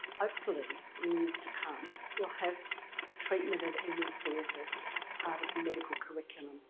hopefully in years to come we'll have the treatment of and me cfs as part of the medical curriculum.